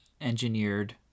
engineered